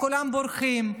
כולם בורחים.